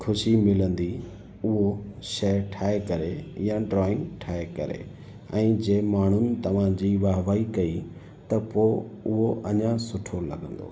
ख़ुशी मिलंदी उहो शइ ठाहे करे या ड्रॉइंग ठाहे करे ऐं जे माण्हुनि तव्हांजी वाहवाही कई त पोइ उहो अञा सुठो लॻंदो